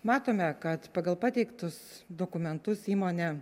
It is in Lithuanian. matome kad pagal pateiktus dokumentus įmonė